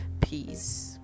peace